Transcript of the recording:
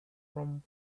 from